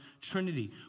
Trinity